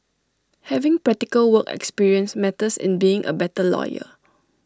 having practical work experience matters in being A better lawyer